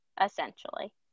essentially